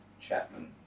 Chapman